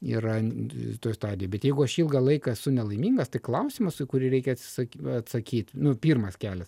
yra toj stadijoj bet jeigu aš ilgą laiką esu nelaimingas tai klausimas į kurį reikia atsi atsakyt nu pirmas kelias